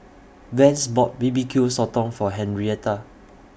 Vance bought B B Q Sotong For Henrietta